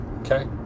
Okay